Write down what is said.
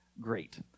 great